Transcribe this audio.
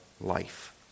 life